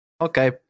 Okay